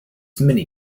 mini